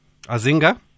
Azinga